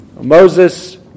Moses